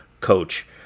coach